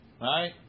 Right